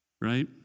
Right